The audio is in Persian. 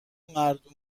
مرد